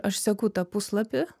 aš seku tą puslapį